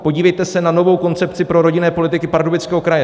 Podívejte se na novou koncepci prorodinné politiky Pardubického kraje.